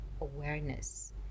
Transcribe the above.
awareness